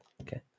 Okay